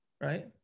right